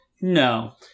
No